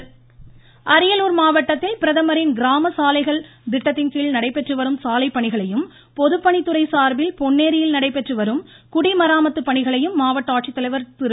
அரியலூர் அரியலூர் மாவட்டத்தில் பிரதமரின் கிராம சாலைகள் திட்டத்தின்கீழ் நடைபெந்று வரும் சாலைப்பணிகளையும் பொதுப்பணித்துறை சார்பில் பொன்னேரியில் நடைபெற்று வரும் குடிமராமத்து பணிகளையும் மாவட்ட ஆட்சித்தலைவா் திரு